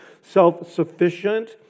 self-sufficient